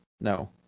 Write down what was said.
No